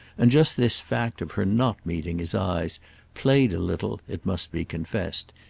and just this fact of her not meeting his eyes played a little, it must be confessed,